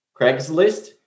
Craigslist